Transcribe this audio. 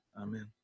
amen